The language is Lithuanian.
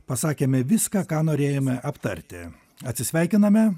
pasakėme viską ką norėjome aptarti atsisveikiname